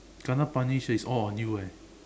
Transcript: kena punish is all on you eh